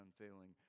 unfailing